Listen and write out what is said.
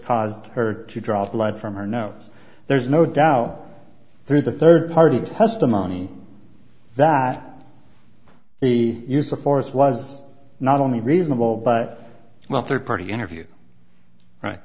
caused her to draw blood from her nose there is no doubt through the third party testimony that the use of force was not only reasonable but well third party interview right